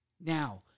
Now